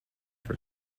for